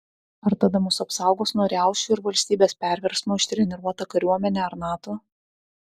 ar tada mus apsaugos nuo riaušių ir valstybės perversmo ištreniruota kariuomenė ar nato